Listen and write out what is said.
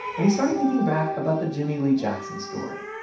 and he started thinking back about the jimmie lee jackson story.